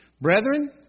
Brethren